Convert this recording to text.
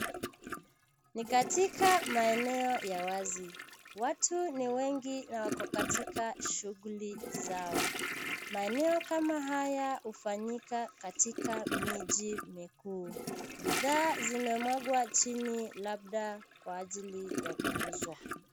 Ni katika maeneo ya wazi. Watu ni wengi na wako katika shughuli zao. Maeneo kama haya hufanyika katika miji mikuu. Bidhaa zimemwagwa chini labda kwa ajili ya kuuzwa.